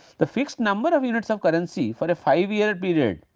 the fixed number of units of currency for a five year period